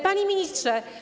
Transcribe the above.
Panie Ministrze!